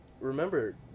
remember